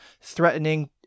threatening